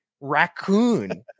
raccoon